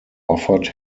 offered